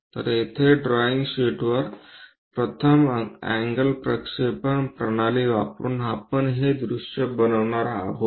तर येथे ड्रॉईंग शीटवर प्रथम अँगल प्रक्षेपण प्रणाली वापरुन आपण हे दृश्ये बनवणार आहोत